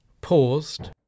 paused